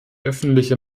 öffentliche